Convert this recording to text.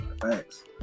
Thanks